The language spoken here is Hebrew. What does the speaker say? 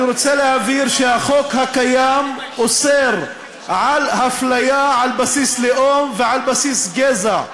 אני רוצה להבהיר שהחוק הקיים אוסר הפליה על בסיס לאום ועל בסיס גזע,